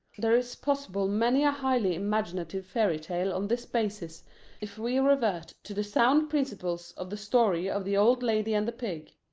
there is possible many a highly imaginative fairy-tale on this basis if we revert to the sound principles of the story of the old lady and the pig.